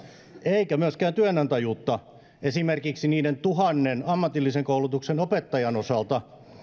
eikä myöskään työnantajuutta esimerkiksi niiden tuhannen ammatillisen koulutuksen opettajan osalta